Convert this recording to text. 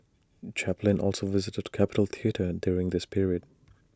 Chaplin also visited capitol theatre during this period